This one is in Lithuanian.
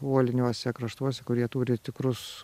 uoliniuose kraštuose kur jie turi tikrus